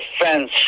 fence